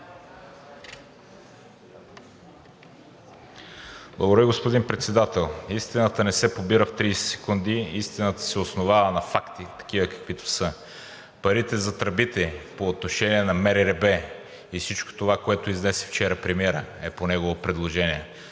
Благодаря, господин Председател. Истината не се побира в 30 секунди, истината се основава на факти – такива, каквито са. Парите за тръбите по отношение на МРРБ и всичко това, което изнесе вчера премиерът, е по негово предложение.